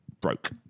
broke